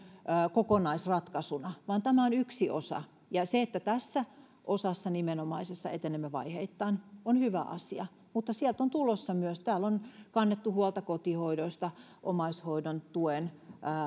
kokonaisratkaisuna vaan tämä on yksi osa ja se että tässä nimenomaisessa osassa etenemme vaiheittain on hyvä asia mutta sieltä on tulossa myös lisää täällä on kannettu huolta kotihoidosta omaishoidon